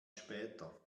später